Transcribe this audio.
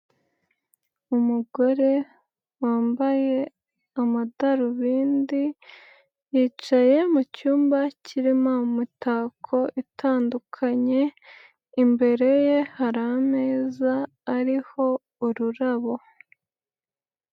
Umugore wambaye amadarubindi yicaye mu cyumba kirimo imitako itandukanye, imbere ye hari ameza ariho ururabo.